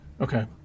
Okay